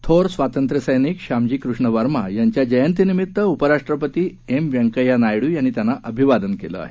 थोर स्वातंत्र्यसैनिक श्यामजी कृष्ण वर्मा यांच्या जयंतीनिमित्त उपराष्ट्रपती एम व्यंकय्या नायडू यांनी त्यांना अभिवादन केलं आहे